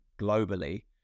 globally